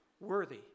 worthy